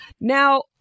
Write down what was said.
Now